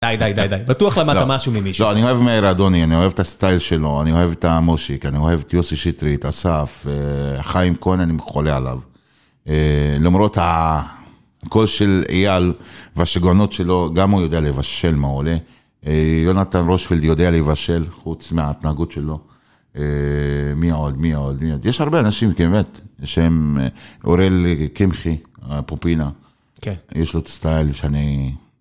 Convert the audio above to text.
די, די, די, די, בטוח למדת משהו ממישהו. לא, אני אוהב מרדוני, אני אוהב את הסטייל שלו, אני אוהב את המושיק, אני אוהב את יוסי שיטרית, אסף, חיים כהן, אני חולה עליו. למרות הכושל אייל והשגעונות שלו, גם הוא יודע לבשל מעולה, יונתן רושפלד יודע לבשל, חוץ מההתנהגות שלו. מי עוד, מי עוד, מי עוד? יש הרבה אנשים, כן, באמת, שהם אוראל קמחי, הפופינה, כן, יש לו את הסטייל שאני...